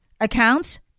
accounts